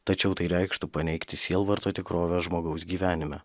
tačiau tai reikštų paneigti sielvarto tikrovę žmogaus gyvenime